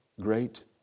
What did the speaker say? great